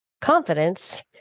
confidence